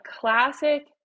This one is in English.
classic